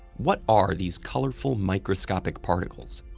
what are these colorful microscopic particles?